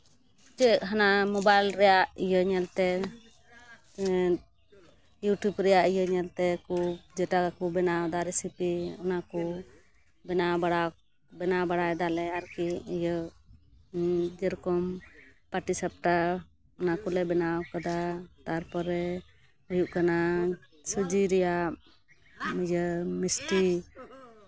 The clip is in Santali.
ᱪᱮᱫ ᱦᱟᱱᱟ ᱢᱳᱵᱟᱭᱤᱞ ᱨᱮᱭᱟᱜ ᱤᱭᱟᱹ ᱧᱮᱞ ᱛᱮ ᱤᱭᱩᱴᱩᱵᱽ ᱨᱮᱭᱟᱜ ᱤᱭᱟᱹ ᱧᱮᱞᱛᱮ ᱠᱚ ᱡᱮᱴᱟ ᱠᱚ ᱵᱮᱱᱟᱣᱫᱟ ᱨᱮᱥᱤᱯᱤ ᱚᱱᱟ ᱠᱚ ᱵᱮᱱᱟᱣ ᱵᱟᱲᱟ ᱵᱮᱱᱟᱣ ᱵᱟᱲᱟᱭ ᱫᱟᱞᱮ ᱟᱨᱠᱤ ᱤᱭᱟᱹ ᱡᱮᱨᱚᱠᱚᱢ ᱯᱟᱨᱴᱤ ᱥᱟᱯᱴᱟ ᱚᱱᱟ ᱠᱚᱞᱮ ᱵᱮᱱᱟᱣ ᱠᱟᱫᱟ ᱛᱟᱨᱯᱚᱨᱮ ᱦᱩᱭᱩᱜ ᱠᱟᱱᱟ ᱥᱩᱡᱤ ᱨᱮᱭᱟᱜ ᱤᱭᱟᱹ ᱢᱤᱥᱴᱤ